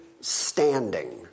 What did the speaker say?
standing